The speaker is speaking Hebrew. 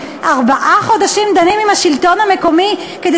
ארבעה חודשים דנים עם השלטון המקומי כדי